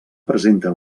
presenta